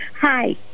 Hi